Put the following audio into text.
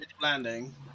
landing